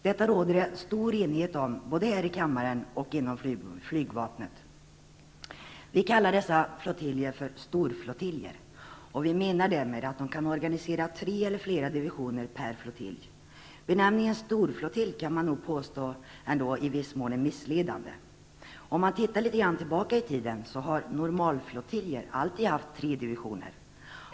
Detta råder det stor enighet om både här i kammaren och inom flygvapnet. Vi kallar dessa flottiljer för storflottiljer, och vi menar därmed att de kan organisera tre eller flera divisioner per flottilj. Benämningen storflottilj kan man nog påstå i viss mån är missledande. Om man tittar litet tillbaka i tiden, har normalflottiljer alltid haft tre divisioner.